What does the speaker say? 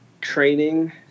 training